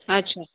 अच्छा